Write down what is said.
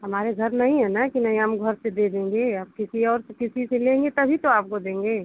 हमारे घर नहीं है ना कि नहीं हम घर से दे देंगे अब किसी और से किसी से लेंगे तभी तो आपको देंगे